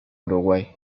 uruguay